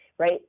right